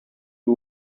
who